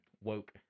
woke